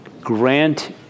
grant